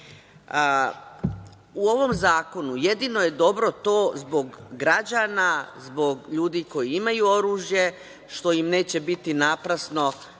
ovom zakonu jedino je dobro to zbog građana, zbog ljudi koji imaju oružje, što im neće biti naprasno